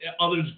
others